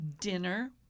dinner